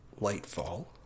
Lightfall